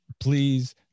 Please